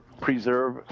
preserve